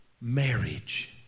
marriage